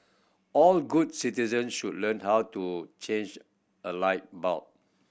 all good citizen should learn how to change a light bulb